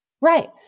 Right